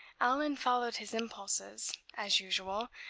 allan followed his impulses, as usual,